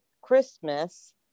Christmas